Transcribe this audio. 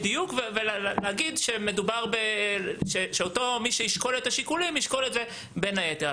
בדיוק ולהגיד שמי שישקול את השיקולים ישקול את זה בין היתר.